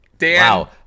Wow